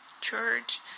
church